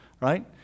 right